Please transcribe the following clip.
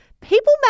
People